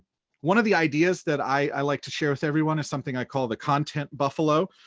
one of the ideas that i like to share with everyone is something i call the content buffalo.